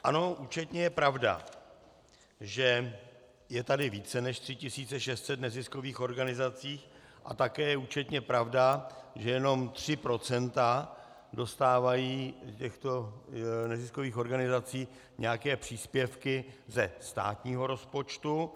Ano, účetně je pravda, že je tady více než 3 600 neziskových organizací, a také je účetně pravda, že jenom tři procenta dostávají z těchto neziskových organizací nějaké příspěvky ze státního rozpočtu.